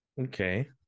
Okay